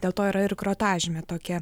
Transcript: dėl to yra ir grotažymė tokia